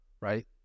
right